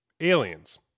Aliens